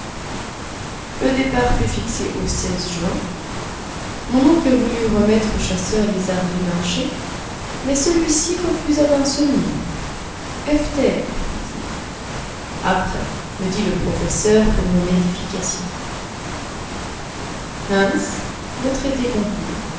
le départ fut fixé au juin mon oncle voulut remettre au chasseur les arrhes du marché mais celui-ci refusa d'un seul mot efter fit-il après me dit le professeur pour mon édification hans le traité conclu